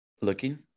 looking